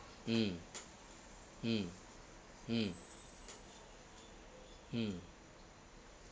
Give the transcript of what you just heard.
mm mm mm mm